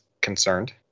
concerned